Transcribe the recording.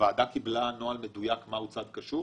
הוועדה קיבלה נוהל מדויק מהו צד קשור?